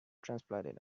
transplanted